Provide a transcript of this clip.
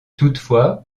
toutefois